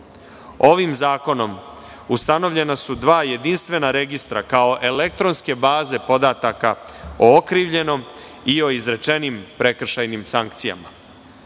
zakonom ustanovljena su dva jedinstvena registra, kao elektronske baze podataka o okrivljenom i o izrečenim prekršajnim sankcijama.